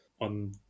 On